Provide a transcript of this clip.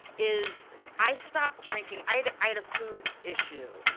is i stopped drinking i had i had a food issue,